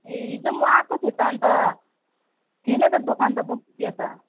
ए हिजो म आएको थिएँ त अनि त थिएन त दोकान त बन्द थियो त